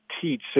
teach